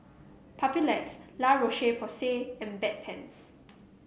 Papulex La Roche Porsay and Bedpans